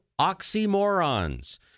oxymorons